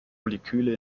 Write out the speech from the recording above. moleküle